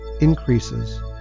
increases